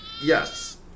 Yes